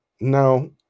No